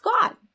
God